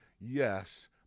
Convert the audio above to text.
yes